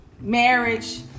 marriage